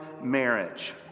marriage